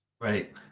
Right